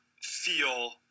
feel